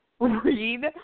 read